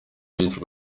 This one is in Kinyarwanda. benshi